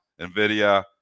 Nvidia